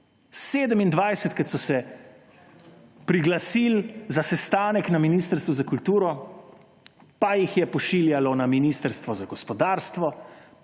27-krat so se priglasili za sestanek na Ministrstvu za kulturo, pa se jih je pošiljalo na Ministrstvo za gospodarstvo,